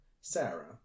Sarah